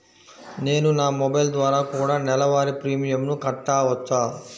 నేను నా మొబైల్ ద్వారా కూడ నెల వారి ప్రీమియంను కట్టావచ్చా?